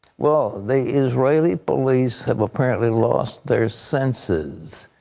well, the israeli police have apparently lost their senses.